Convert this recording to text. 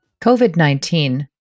COVID-19